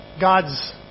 God's